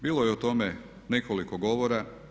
Bilo je o tome nekoliko govora.